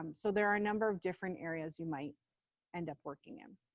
um so there are a number of different areas you might end up working in.